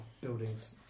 buildings